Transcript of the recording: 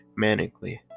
manically